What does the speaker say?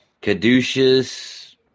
Caduceus